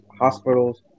hospitals